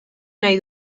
nahi